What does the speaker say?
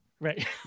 Right